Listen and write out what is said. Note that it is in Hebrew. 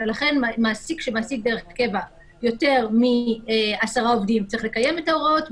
ולכן מעסיק שמעסיק דרך קבע יותר מעשרה עובדים צריך לקיים את ההוראות,